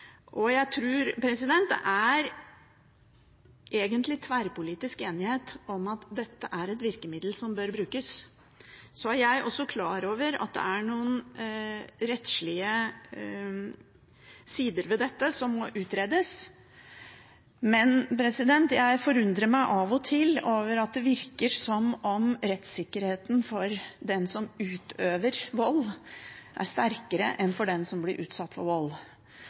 Jeg tror det egentlig er tverrpolitisk enighet om at dette er et virkemiddel som bør brukes. Så er jeg også klar over at det er noen rettslige sider ved dette som må utredes, men jeg undrer meg av og til over at det virker som om rettssikkerheten for den som utøver vold, er sterkere enn for den som blir utsatt for vold.